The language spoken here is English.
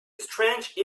strange